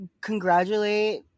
congratulate